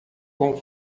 com